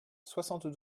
soixante